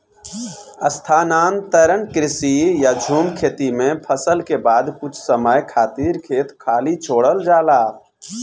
स्थानांतरण कृषि या झूम खेती में फसल के बाद कुछ समय खातिर खेत खाली छोड़ल जाला